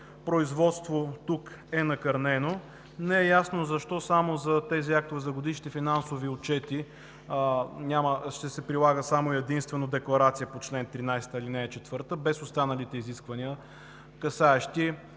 производство тук е накърнено. Не е ясно защо само за тези актове за годишните финансови отчети ще се прилага само и единствено декларация по чл. 13, ал. 4 без останалите изисквания, касаещи